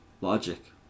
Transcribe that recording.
logic